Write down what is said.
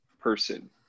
person